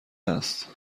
است